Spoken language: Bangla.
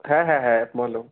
হ্যাঁ হ্যাঁ হ্যাঁ বলো